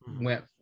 went